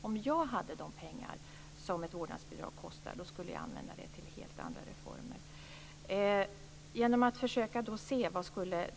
Om jag hade de pengar som vårdnadsbidraget kostar, skulle jag använda dem till helt andra reformer.